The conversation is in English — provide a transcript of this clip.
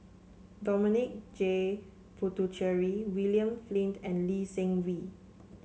Dominic J Puthucheary William Flint and Lee Seng Wee